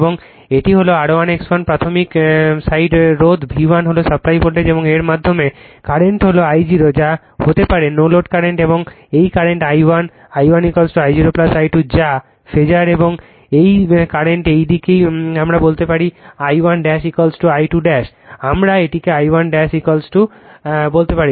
এবং এটি হল R1 X1 প্রাথমিক সাইড রোধ V1 হল সাপ্লাই ভোল্টেজ এবং এর মাধ্যমে কারেন্ট হল I0 যা হতে পারে কল যা নো লোড কারেন্ট এবং এই current I1 I1 I0 I2 যা ফেজার এবং এই স্রোত এই দিকটিকে আমরা বলতে পারি I1 I2 আমরা এটিকে I1 বলতে পারি